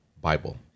Bible